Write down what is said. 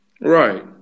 Right